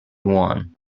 one